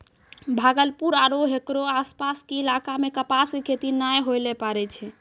भागलपुर आरो हेकरो आसपास के इलाका मॅ कपास के खेती नाय होय ल पारै छै